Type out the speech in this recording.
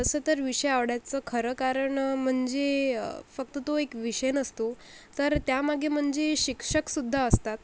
तसं तर विषय आवडायचं खरं कारण म्हणजे फक्त तो एक विषय नसतो तर त्यामागे म्हणजे शिक्षकसुद्धा असतात